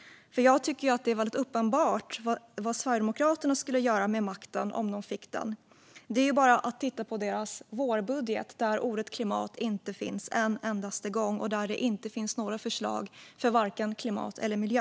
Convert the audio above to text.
Jag tycker att det är uppenbart vad Sverigedemokraterna skulle göra med makten om de fick den. Det blir tydligt om man tittar på deras vårbudget där ordet "klimat" inte finns med en endaste gång och där det inte finns några förslag för vare sig klimat eller miljö.